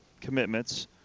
commitments